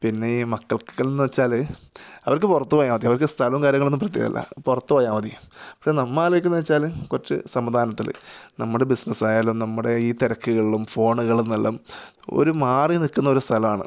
പിന്നെ ഈ മക്കള്ക്കെന്നു വെച്ചാൽ അവര്ക്ക് പുറത്തു പോയാൽ മതി അവര്ക്ക് സ്ഥലവും കാര്യങ്ങളും ഒന്നും പ്രത്യേകമല്ല പുറത്തു പോയാൽ മതി പക്ഷെ നമ്മൾ ആലോചിക്കുന്നതെന്നു വെച്ചാൽ കൊച്ചു സംവിധാനത്തിൽ നമ്മുടെ ബിസിനസ്സായാലും നമ്മുടെ ഈ തിരക്കുകളിലും ഫോണുകളിൽ നിന്നെല്ലാം ഒരു മാറി നിൽക്കുന്നൊരു സ്ഥലമാണ്